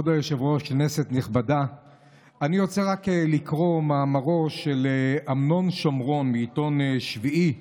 אני רוצה רק לקרוא את מאמרו של אמנון שומרון מהעיתון שביעי,